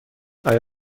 آیا